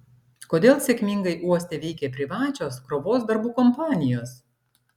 kodėl sėkmingai uoste veikia privačios krovos darbų kompanijos